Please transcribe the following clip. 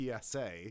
PSA